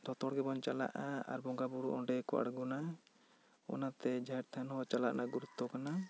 ᱡᱚᱛᱚ ᱦᱚᱲ ᱜᱮ ᱵᱚᱱ ᱪᱟᱞᱟᱜᱼᱟ ᱟᱨ ᱵᱚᱸᱜᱟ ᱵᱳᱨᱳ ᱚᱸᱰᱮ ᱠᱚ ᱟᱬᱜᱚᱱᱟ ᱚᱱᱟᱛᱮ ᱡᱟᱦᱮᱨ ᱛᱷᱟᱱ ᱦᱚᱸ ᱪᱟᱞᱟᱜ ᱨᱮᱱᱟᱜ ᱜᱩᱨᱩᱛᱛᱚ ᱠᱟᱱᱟ